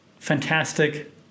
Fantastic